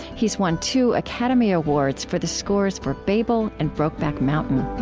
he's won two academy awards for the scores for babel and brokeback mountain